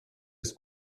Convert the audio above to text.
ist